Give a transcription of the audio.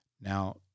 Now